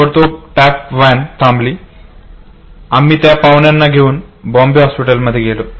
ताबडतोब top van थांबली आम्ही त्या पाहुण्यांना घेवून बॉम्बे हॉस्पिटलमध्ये गेलो